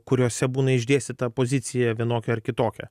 kuriuose būna išdėstyta pozicija vienokia ar kitokia